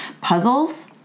puzzles